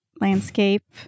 landscape